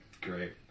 Great